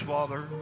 Father